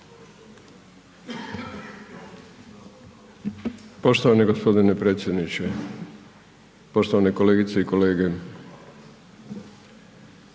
Poštovani potpredsjedniče, poštovane kolegice i kolege,